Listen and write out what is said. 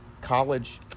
college